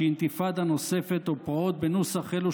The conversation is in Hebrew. שאינתיפאדה נוספת או פרעות בנוסח אלו